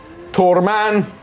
Torman